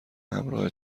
همراه